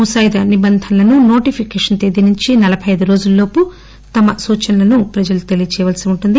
ముసాయిదా నిబంధనలను నోటిఫికేషన్ తేదీ నుంచి నలబై ఐదు రోజుల లోపు తమ సూచనలను ప్రజలు తెలియచేయాల్పి ఉంటుంది